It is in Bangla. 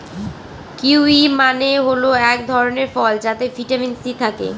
কিউয়ি মানে হল এক ধরনের ফল যাতে ভিটামিন সি থাকে